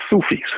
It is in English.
Sufis